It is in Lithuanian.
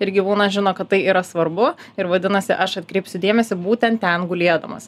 ir gyvūnas žino kad tai yra svarbu ir vadinasi aš atkreipsiu dėmesį būtent ten gulėdamas